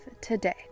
today